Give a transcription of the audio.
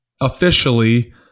officially